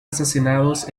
asesinados